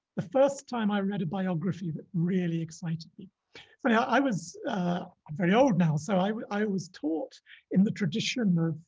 the first time i read a biography that really excited me but i yeah i was um very old now so i i was taught in the tradition of